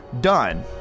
done